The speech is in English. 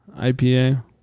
IPA